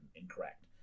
incorrect